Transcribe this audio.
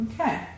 Okay